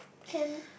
can